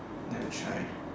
never try